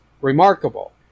remarkable